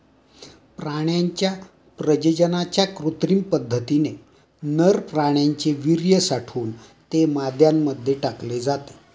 प्राण्यांच्या प्रजननाच्या कृत्रिम पद्धतीने नर प्राण्याचे वीर्य साठवून ते माद्यांमध्ये टाकले जाते